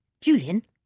Julian